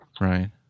right